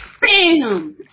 Bam